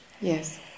yes